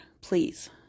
please